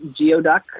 geoduck